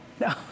No